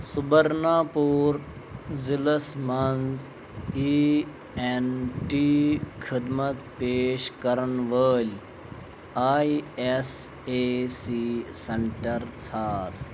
سُبرنا پوٗر ضِلعس مَنٛز ای اٮ۪ن ٹی خدمت پیش کرن وٲلۍ I S A C centre ژھار